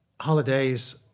Holidays